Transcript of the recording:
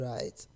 Right